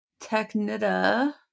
TechNita